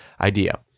idea